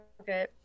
okay